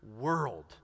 world